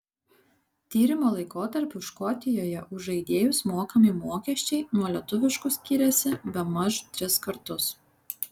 tyrimo laikotarpiu škotijoje už žaidėjus mokami mokesčiai nuo lietuviškų skyrėsi bemaž tris kartus